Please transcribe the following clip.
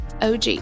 OG